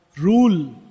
Rule